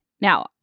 Now